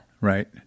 Right